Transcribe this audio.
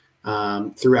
Throughout